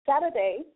Saturday